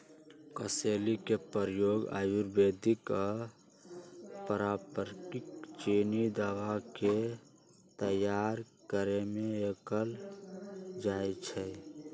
कसेली के प्रयोग आयुर्वेदिक आऽ पारंपरिक चीनी दवा के तइयार करेमे कएल जाइ छइ